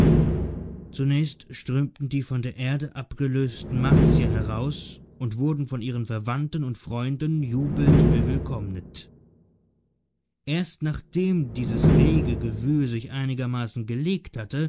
zunächst strömten die von der erde abgelösten martier heraus und wurden von ihren verwandten und freunden jubelnd bewillkommnet erst nachdem dieses rege gewühl sich einigermaßen gelegt hatte